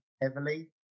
heavily